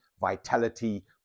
vitality